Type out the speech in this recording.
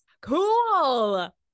Cool